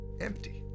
empty